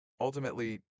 ultimately